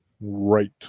Right